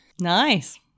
nice